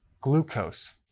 glucose